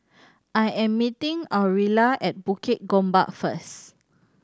I am meeting Aurilla at Bukit Gombak first